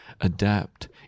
adapt